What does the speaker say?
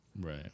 Right